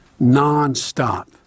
nonstop